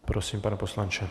Prosím, pane poslanče.